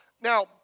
Now